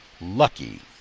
Lucky